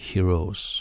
Heroes